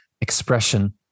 expression